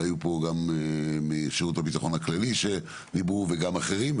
והיו פה גם משירות הביטחון הכללי שדיברו וגם אחרים,